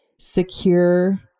secure